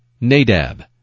Nadab